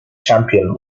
champion